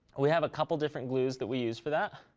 we have a couple of different glues that we use for that.